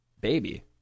baby